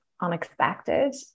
unexpected